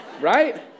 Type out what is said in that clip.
right